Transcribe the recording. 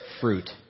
fruit